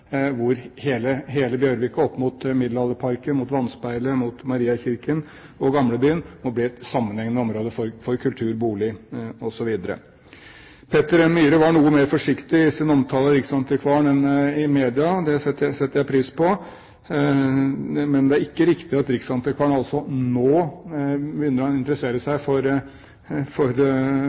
hvor hele Bjørvika opp mot Middelalderparken, mot Vannspeilet, mot Mariakirken og Gamlebyen må bli et sammenhengende område for kultur, boliger osv. Peter N. Myhre var her noe mer forsiktig i sin omtale av Riksantikvaren enn i media – det setter jeg pris på. Men det er ikke riktig at Riksantikvaren først nå begynner å interessere seg for